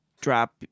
drop